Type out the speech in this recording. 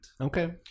Okay